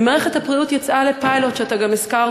ומערכת הבריאות יצאה לפיילוט שאתה גם הזכרת.